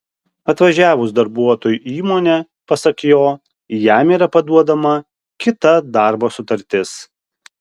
atvažiavus darbuotojui į įmonę pasak jo jam yra paduodama kita darbo sutartis